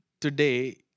today